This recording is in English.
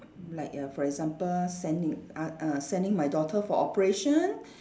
like err for example sending uh uh sending my daughter for operation